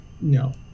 No